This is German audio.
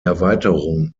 erweiterung